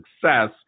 success